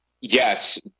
yes